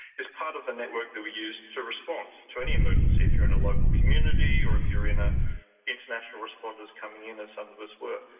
is part of the network that we use to respond to any emergency, if you're in a local community or if you're ah international responders coming in, as some of us were.